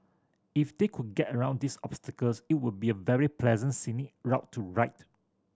if they could get around these obstacles it would be a very pleasant scenic route to rite